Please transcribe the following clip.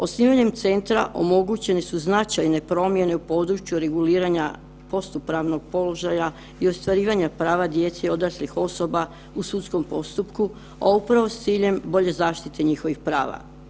Osnivanjem centra omogućene su značajne promjene u području reguliranja postupravnog položaja i ostvarivanja prava djece i odraslih osoba u sudskom postupku, a upravo s ciljem bolje zaštite njihovih prava.